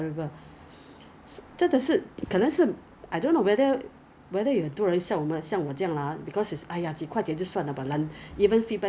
so when you buy thing is all over China so they have to send it to one place then 他们 consolidate liao then 他们在跟你 repackage 放在一个 box then 才 send to Singapore